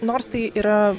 nors tai yra